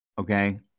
Okay